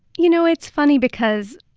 you know, it's funny because